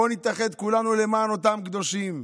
בואו נתאחד כולנו למען אותם קדושים,